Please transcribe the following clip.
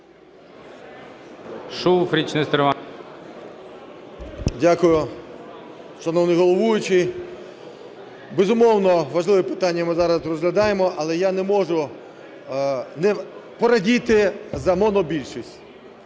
Дякую. Шановний головуючий, безумовно, важливе питання ми зараз розглядаємо, але я не можу не порадіти на монобільшість.